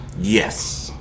Yes